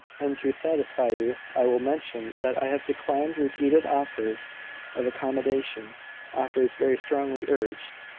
and, to satisfy you, i will mention that i have declined repeated offers of accommodation offers very strongly urged.